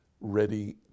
ready